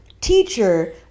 teacher